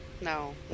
No